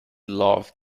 loved